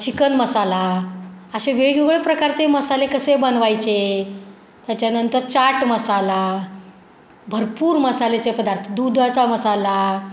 chicken masala असे वेगवेगळे प्रकारचे मसाले कसे बनवायचे त्याच्यानंतर चाट मसाला भरपूर मसाल्याचे पदार्थ दुधाचा मसाला